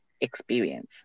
experience